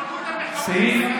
תפנקו את המחבלים, סגלוביץ'.